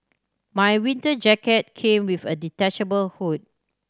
my winter jacket came with a detachable hood